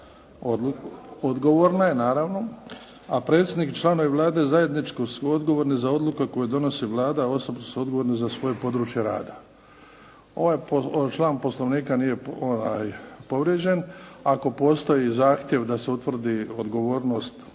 odgovorne naravno, a predsjednik i članovi vlade zajednički su odgovorni za odluke koje donosi Vlada, a osobito su odgovorni za svoje područje rada. Ovaj član Poslovnika nije povrijeđen ako postoji zahtjeva da se utvrdi odgovornost, ima